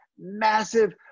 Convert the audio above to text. massive